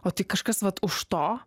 o tai kažkas vat už to